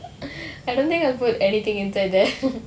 I don't think I will put anything inside there